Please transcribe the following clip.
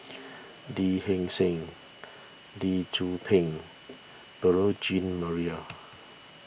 Lee Hee Seng Lee Tzu Pheng Beurel Jean Marie